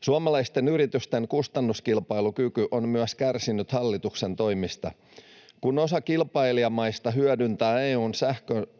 Suomalaisten yritysten kustannuskilpailukyky on myös kärsinyt hallituksen toimista. Kun osa kilpailijamaista hyödyntää EU:n